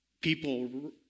people